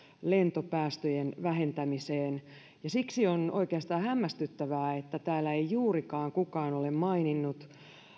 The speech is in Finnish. lentopäästöjen vähentämiseen ja siksi on oikeastaan hämmästyttävää että täällä ei juurikaan kukaan ole maininnut